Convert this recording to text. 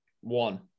One